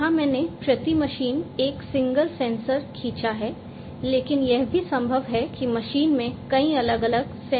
यहां मैंने प्रति मशीन एक सिंगल सेंसर खींचा है लेकिन यह भी संभव है कि एक मशीन में कई अलग अलग सेंसर होंगे